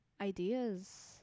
ideas